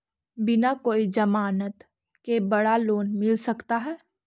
बिना कोई जमानत के बड़ा लोन मिल सकता है?